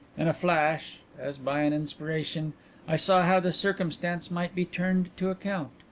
in a flash as by an inspiration i saw how the circumstance might be turned to account.